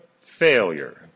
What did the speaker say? failure